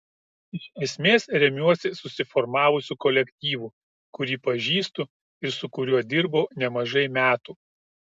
iš esmės remiuosi susiformavusiu kolektyvu kurį pažįstu ir su kuriuo dirbau nemažai metų